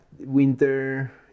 Winter